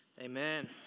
Amen